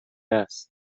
است